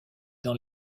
dans